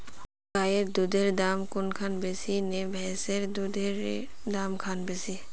गायेर दुधेर दाम कुंडा बासी ने भैंसेर दुधेर र दाम खान बासी?